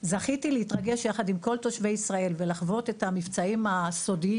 זכיתי להתרגש יחד עם כל תושבי ישראל ולחוות את המבצעים הסודיים